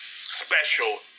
special